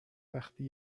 وقتی